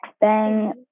Bang